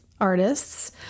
artists